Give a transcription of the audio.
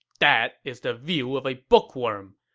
that is the view of a bookworm.